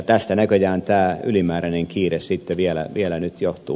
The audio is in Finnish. tästä näköjään tämä ylimääräinen kiire sitten vielä nyt johtuu